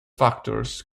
factors